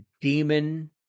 Demon